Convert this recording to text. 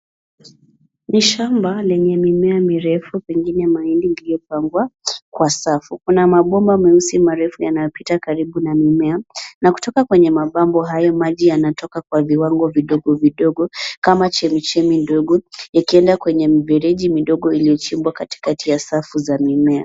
Ni shamba lenye mimea mirefu pengine mahindi iliyopangwa kwa safu. Kuna mabomba meusi marefu yanayopita karibu na mimea na kutoka kwenye mabomba hayo maji yanatoka kwa viwango vidogo vidogo kama chemichemi ndogo yakienda kwenye mifereji midogo iliyochimbwa katikati ya safu za mimea.